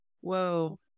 Whoa